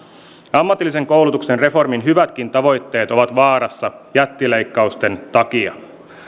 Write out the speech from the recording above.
ammatillisen koulutuksen reformin hyvätkin tavoitteet ovat vaarassa jättileikkausten takia